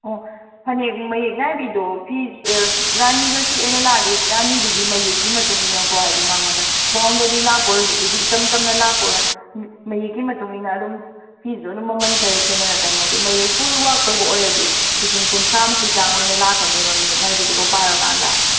ꯑꯣ ꯐꯅꯦꯛ ꯃꯌꯦꯛ ꯅꯥꯏꯕꯤꯗꯣ ꯐꯤ ꯔꯥꯅꯤꯒ ꯁꯨꯠ ꯑꯣꯏꯅ ꯂꯥꯛꯂꯗꯤ ꯔꯥꯅꯤꯗꯨꯒꯨ ꯃꯌꯦꯛꯀꯤ ꯃꯇꯨꯛ ꯏꯟꯅꯀꯣ ꯍꯥꯏꯗꯤ ꯃꯉꯣꯟꯗ ꯕꯥꯎꯟꯗꯔꯤ ꯂꯥꯛꯄ ꯑꯣꯏꯔꯁꯨ ꯑꯗꯨꯒꯤ ꯏꯆꯝ ꯆꯝꯅ ꯂꯥꯛꯄ ꯑꯣꯏꯔꯒꯅ ꯃꯌꯦꯛꯀꯤ ꯃꯇꯨꯡ ꯏꯟꯅ ꯑꯗꯨꯝ ꯐꯤꯁꯨ ꯑꯗꯨꯝ ꯃꯃꯟ ꯈꯔ ꯈꯦꯠꯅꯔꯛꯀꯅꯤ ꯍꯥꯏꯗꯤ ꯃꯌꯦꯛ ꯐꯨꯜ ꯋꯥꯛ ꯇꯧꯕ ꯑꯣꯏꯔꯗꯤ ꯂꯤꯁꯤꯡ ꯀꯨꯟꯊ꯭ꯔꯥꯃꯨꯛꯀꯤ ꯆꯥꯡ ꯑꯣꯏꯅ ꯂꯥꯛꯀꯅꯦꯕ ꯃꯌꯦꯛ ꯅꯥꯏꯕꯤꯗꯨꯒ ꯄꯥꯏꯔꯀꯥꯟꯗ